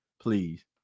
please